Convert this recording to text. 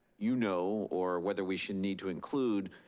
you know, or whether we should need to include,